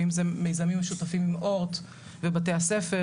ואם זה מיזמים משותפים עם אורט ובתי הספר,